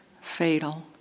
fatal